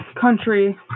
country